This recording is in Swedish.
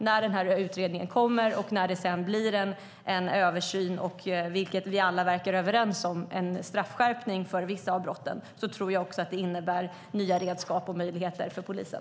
När utredningen kommer och när det sedan blir en översyn och en straffskärpning för vissa av brotten, vilket vi alla verkar vara överens om, tror jag också att det innebär nya redskap och möjligheter för polisen.